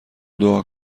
دعا